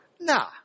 Nah